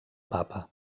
papa